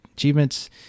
achievements